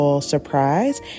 surprise